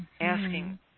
asking